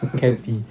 catty